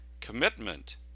commitment